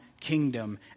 kingdom